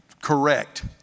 correct